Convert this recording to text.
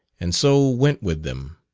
and so went with them.